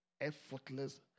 effortless